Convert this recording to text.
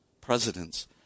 presidents